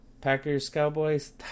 Packers-Cowboys